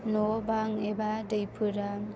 न' बां एबा दैफोरा